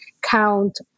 count